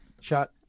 shot